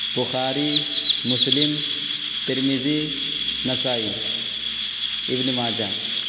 بخاری مسلم ترمذی نسائی ابن ماجہ